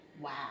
Wow